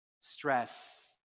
stress